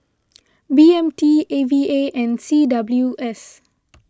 B M T A V A and C W S